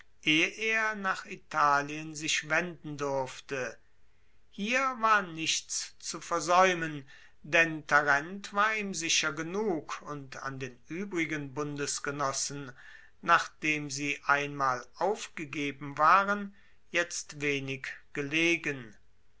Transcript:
er nach italien sich wenden durfte hier war nichts zu versaeumen denn tarent war ihm sicher genug und an den uebrigen bundesgenossen nachdem sie einmal aufgegeben waren jetzt wenig gelegen